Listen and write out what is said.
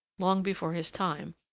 long before his time,